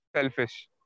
selfish